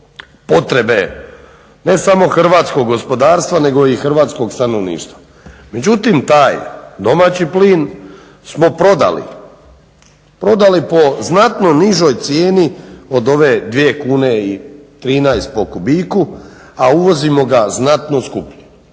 potrebe ne samo hrvatskog gospodarstva nego i hrvatskog stanovništva. Međutim taj domaći plin smo prodali, prodali po znatno nižoj cijeni od ove 2,13 po kubiku a uvozimo ga znatno skupljije.